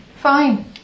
fine